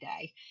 day